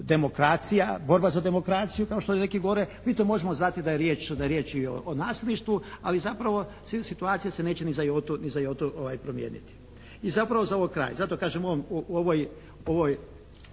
demokracija, borba za demokraciju kao što neki govore, mi to možemo znati da je riječ i o nasilništvu, ali zapravo slijed situacija se neće ni za … /Ne razumije se./ … promijeniti. I zapravo za kraj. Zato kažem u ovoj